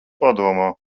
padomā